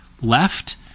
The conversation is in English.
left